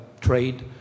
trade